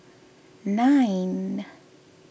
nine